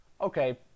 Okay